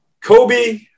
Kobe